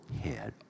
head